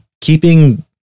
keeping